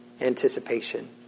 anticipation